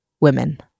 women